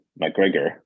McGregor